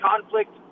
conflict